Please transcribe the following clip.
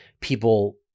people